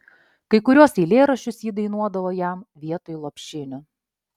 kai kuriuos eilėraščius ji dainuodavo jam vietoj lopšinių